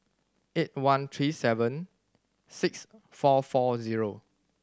eight one three seven six four four zero